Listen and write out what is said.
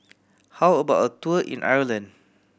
how about a tour in Ireland